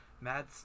Mad